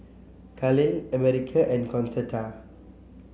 Kahlil America and Concetta